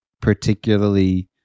particularly